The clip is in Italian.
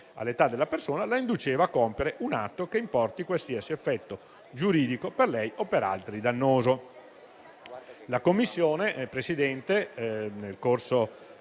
all'età della persona, la induceva a compiere un atto che importi qualsiasi effetto giuridico per lei o per altro dannoso.